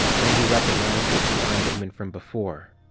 one he recognized as the armed ooman from before.